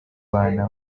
bana